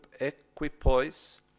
equipoise